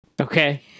Okay